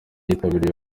yitabiriye